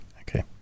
Okay